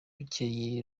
bukeye